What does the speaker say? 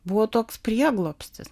buvo toks prieglobstis